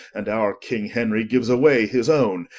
and our king henry giues away his owne,